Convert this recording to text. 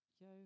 yo